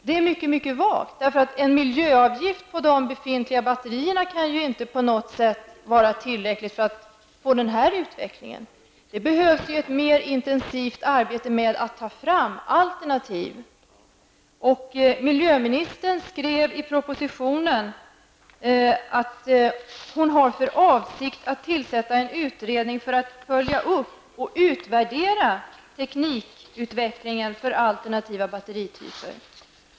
Det är mycket mycket vagt, därför att en miljöavgift på de befintliga batterierna kan inte på något sätt vara tillräcklig för att få till stånd den utvecklingen. Det behövs ett mer intensivt arbete med att ta fram alternativ. Miljöministern skrev i propositionen att hon har för avsikt att tillsätta en utredning för att följa upp och utvärdera teknikutvecklingen i fråga om alternativa batterityper.